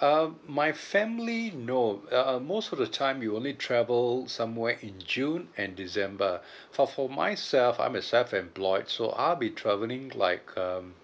um my family no uh most of the time we only travel somewhere in june and december for for myself I'm a self-employed so I'll be travelling like um